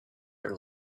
your